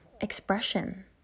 expression